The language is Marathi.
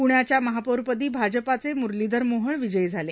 पुण्याच्या महापौरपद आजपाचे मुरल र मोहोळ विजयी झाले